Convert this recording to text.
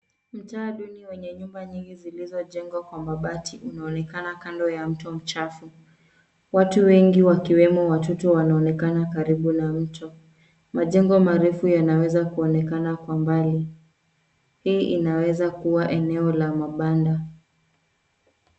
Mtaa duni wenye nyumba nyingi zilizojengwa kwa mabati unaonekana kando ya mto mchafu. Watu wengi wakiwemo watoto wanaonekana karibu na mto. Majengo marefu yanaweza kunaonekana kwa mbali. Hii inaweza kuwa eneo la mabanda.